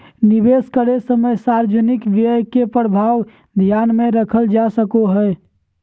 निवेश करे समय सार्वजनिक व्यय के प्रभाव ध्यान में रखल जा सको हइ